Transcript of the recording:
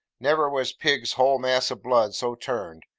never was pig's whole mass of blood so turned.